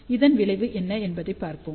இதன் விளைவு என்ன என்று பார்ப்போம்